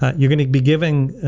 you're going to be giving